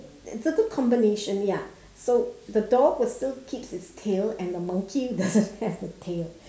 certain combination ya so the dog would still keep its tail and the monkey doesn't have a tail